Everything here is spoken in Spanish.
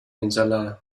ensalada